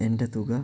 എൻ്റെ തുക